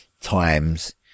times